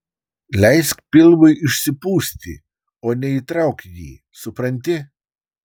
leisk pilvui išsipūsti o ne įtrauk jį supranti